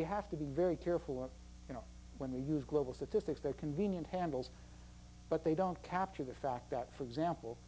have to be very careful or you know when we use global statistics they're convenient handles but they don't capture the fact that for example